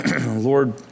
Lord